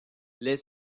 les